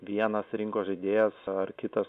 vienas rinkos žaidėjas ar kitas